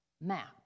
map